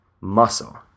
muscle